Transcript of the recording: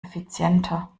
effizienter